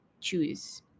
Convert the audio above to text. choose